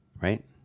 right